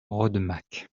rodemack